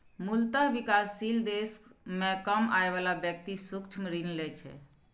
मूलतः विकासशील देश मे कम आय बला व्यक्ति सूक्ष्म ऋण लै छै